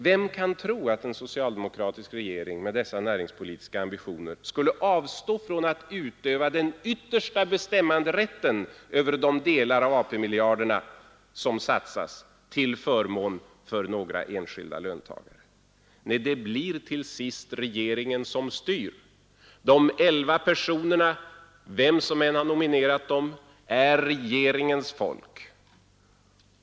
Vem kan tro att en socialdemokratisk regering med dessa näringspolitiska ambitioner skulle avstå från att utöva den yttersta bestämmanderätten över de delar av AP-miljarderna som satsas, till förmån för några enskilda löntagare? Nej, det blir till sist regeringen som styr. De elva personerna, vem som än har nominerat dem, är utsedda av regeringen.